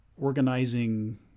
organizing